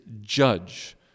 judge